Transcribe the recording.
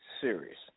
serious